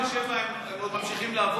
בגיל 67 הם עוד ממשיכים לעבוד,